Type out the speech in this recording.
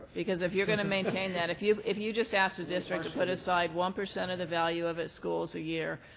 because if you're going to maintain that if you if you just ask a district to put aside one percent of the value of its schools a year,